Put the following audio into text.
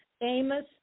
amos